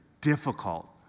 difficult